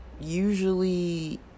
usually